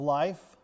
life